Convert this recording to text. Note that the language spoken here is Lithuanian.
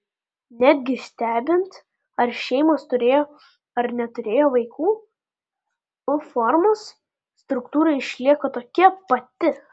netgi stebint ar šeimos turėjo ar neturėjo vaikų u formos struktūra išlieka tokia pati